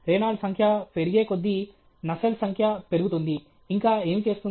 Reynold సంఖ్య పెరిగేకొద్దీ Nusselt సంఖ్య పెరుగుతుంది ఇంకా ఏమి చేస్తుంది